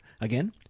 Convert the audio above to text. Again